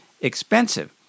expensive